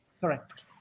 Correct